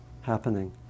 happening